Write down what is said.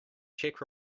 czech